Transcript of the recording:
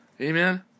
Amen